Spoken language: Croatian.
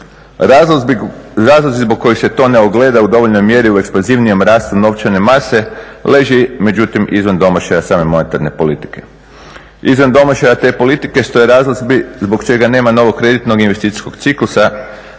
Razlozi zbog kojih se to ne ogleda u dovoljnoj mjeri u ekspanzivnijem rastu novčane mase leži međutim izvan domašaja same monetarne politike. izvan domašaja te politike stoje razlozi zbog čega nema novog kreditnog investicijskog ciklusa,